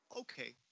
Okay